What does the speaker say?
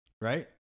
right